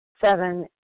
Seven